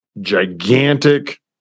gigantic